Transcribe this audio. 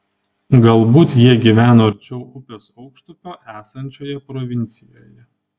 galbūt jie gyveno arčiau upės aukštupio esančioje provincijoje